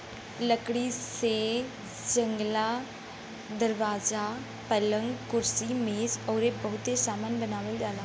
लकड़ी से जंगला, दरवाजा, पलंग, कुर्सी मेज अउरी बहुते सामान बनावल जाला